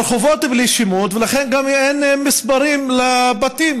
הרחובות בלי שמות ולכן גם אין מספרים לבתים,